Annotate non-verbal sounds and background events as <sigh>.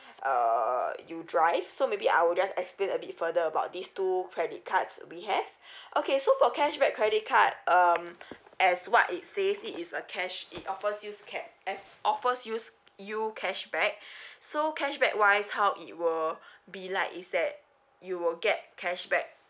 err you drive so maybe I will just explain a bit further about these two credit cards we have <breath> okay so for cashback credit card um <breath> as what it says it is a cash it offers you ca~ eh offers you you cashback <breath> so cashback wise how it will <breath> be like is that you will get cashback